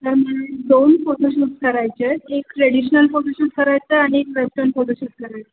sir मला दोन photoshoot करायचे आहेत एक ट्रॅडिशनल फोटोशूट करायचा आहे आणि एक वेस्टर्न फोटोशूट करायचा आहे